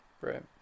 Right